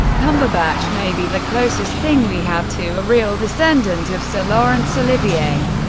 cumberbatch may be the closest thing we have to a real descendant of sir laurence olivier.